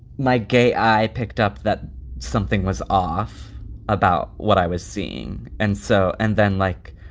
my gay i picked up that something was off about what i was seeing. and so and then, like,